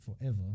forever